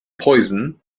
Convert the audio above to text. poison